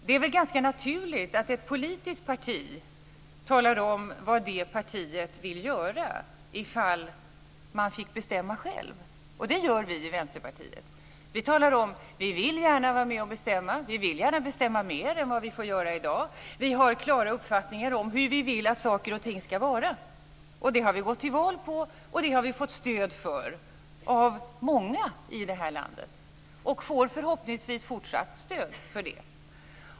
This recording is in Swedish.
Det är väl ganska naturligt att ett politiskt parti talar om vad man i det partiet vill göra ifall man fick bestämma själv. Det gör vi i Vänsterpartiet. Vi vill gärna vara med att bestämma. Vi vill gärna bestämma mer än vad vi får göra i dag. Vi har klara uppfattningar om hur vi vill att saker och ting ska vara. Det har vi gått till val på. Det har vi fått stöd för av många i det här landet, och vi får förhoppningsvis fortsatt stöd för det.